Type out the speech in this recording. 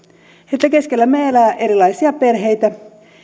että keskellämme elää erilaisia perheitä